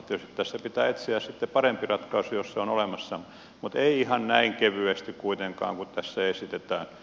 tietysti tässä pitää etsiä parempi ratkaisu jos se on olemassa mutta ei ihan näin kevyesti kuitenkaan kuin tässä esitetään